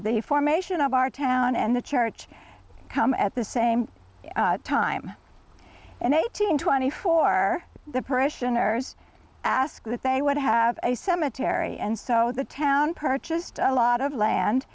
the formation of our town and the church come at the same time in eighteen twenty four the parishioners asked that they would have a cemetery and so the town purchased a lot of land